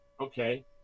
okay